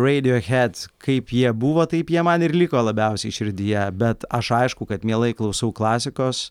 reidijohed kaip jie buvo taip jie man ir liko labiausiai širdyje bet aš aišku kad mielai klausau klasikos